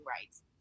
rights